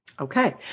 Okay